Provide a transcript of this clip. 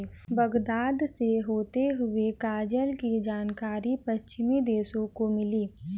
Baghdad से होते हुए कागज की जानकारी पश्चिमी देशों को मिली